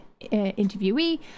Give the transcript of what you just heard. interviewee